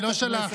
אני לא שלחתי.